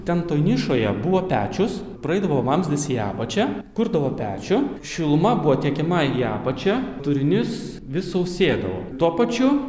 ten toj nišoje buvo pečius praeidavo vamzdis į apačią kurdavo pečių šiluma buvo tiekiama į apačią turinys vis sausėdavo tuo pačiu